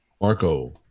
Marco